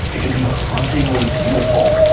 it can be hauntingly beautiful